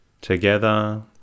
together